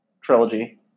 trilogy